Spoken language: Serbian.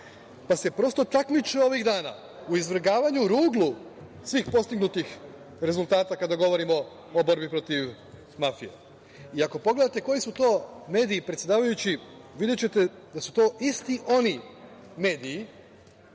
pa se prosto takmiče ovih dana u izvrgavanju ruglu svih postignutih rezultata kada govorimo o borbi protiv mafije. Ako pogledate koji su to mediji, predsedavajući, videćete da su to isti oni mediji